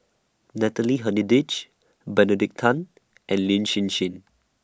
Natalie Hennedige Benedict Tan and Lin Hsin Hsin